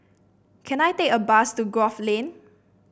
can I take a bus to Grove Lane